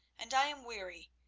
and i am weary.